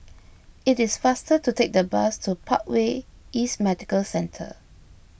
it is faster to take the bus to Parkway East Medical Centre